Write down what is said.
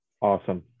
Awesome